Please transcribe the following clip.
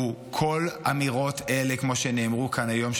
הוא כל האמירות האלה כמו שנאמרו כאן היום,